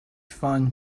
fun